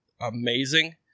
amazing